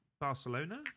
Barcelona